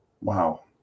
Wow